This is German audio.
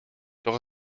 doch